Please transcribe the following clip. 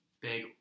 big